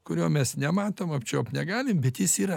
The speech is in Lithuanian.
kurio mes nematom apčiuopti negalim bet jis yra